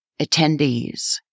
attendees